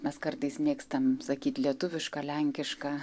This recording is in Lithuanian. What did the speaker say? mes kartais mėgstam sakyt lietuviška lenkiška